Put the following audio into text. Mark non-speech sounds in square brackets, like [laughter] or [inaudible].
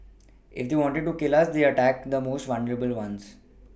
[noise] if they wanted to kill us they attack the most vulnerable ones